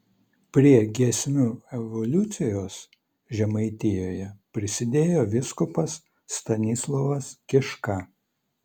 prie giesmių evoliucijos žemaitijoje prisidėjo vyskupas stanislovas kiška